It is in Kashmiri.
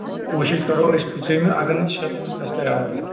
کوٗشِش کرو أسی پٍنٛژہمہِ اگر نہٕ شتوُہمہِ آسہِ تَیار حظ تیٚلہِ